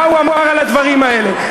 מה הוא אמר על הדברים האלה.